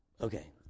Okay